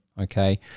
okay